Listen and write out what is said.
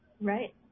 Right